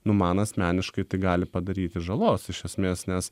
nu man asmeniškai tai gali padaryti žalos iš esmės nes